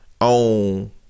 On